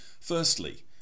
Firstly